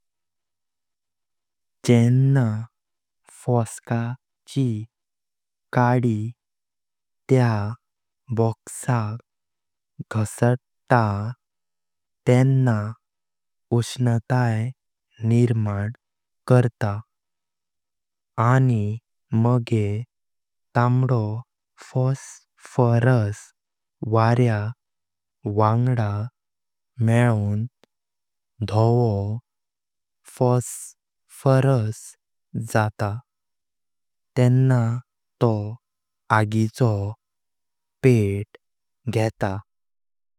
जेंना फोस्काची काडी त्या बॉक्साक घासत तेंना उष्णताइ निर्माण करता आनी मागे तांदो फॉस्फोरस वाऱ्या वंदा मेलॉन धावो फॉस्फोरस जात तेंना तो अग्गीचो पेट घेता।